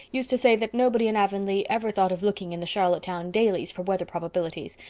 used to say that nobody in avonlea ever thought of looking in the charlottetown dailies for weather probabilities.